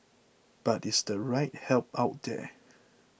but is the right help out there